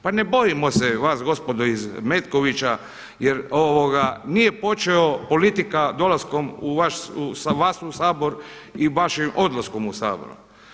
Pa ne bojimo se vas gospodo iz Metkovića, jer nije počeo politika dolaskom sa vas u Sabor i vašim odlaskom u Sabor.